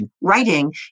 Writing